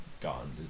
gone